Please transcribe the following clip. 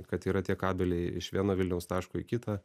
kad yra tie kabeliai iš vieno vilniaus taško į kitą